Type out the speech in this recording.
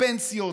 פנסיות,